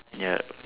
ya